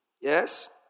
Yes